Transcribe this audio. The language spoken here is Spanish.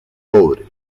cobre